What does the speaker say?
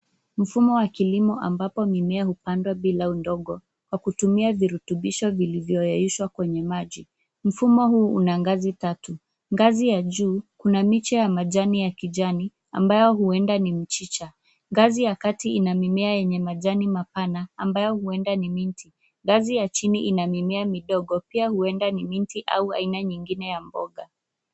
Mfumo wa kilimo ambapo mimea hupandwa bila udongo kwa kutumia virutubishi vilivyoyeyushwa kwenye maji. Mfumo huu una ngazi tatu, ngazi ya juu kuna miche ya majani ya kijani ambayo huenda ni mchicha, ngazi ya kati ina mimea yenye majani mapana ambayo huenda ni mint ngazi ya chini ina mimea midogo pia huenda ni mint au aina nyingine ya mboga.